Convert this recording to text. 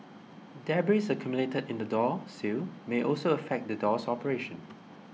debris accumulated in the door sill may also affect the door's operation